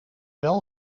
wel